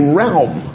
realm